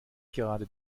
gerade